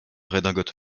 redingote